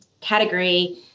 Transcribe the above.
category